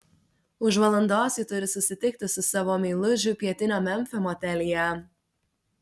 už valandos ji turi susitikti su savo meilužiu pietinio memfio motelyje